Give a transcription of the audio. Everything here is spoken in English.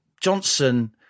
Johnson